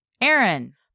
Aaron